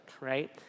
right